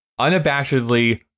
unabashedly